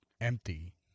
empty